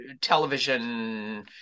television